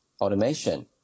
Automation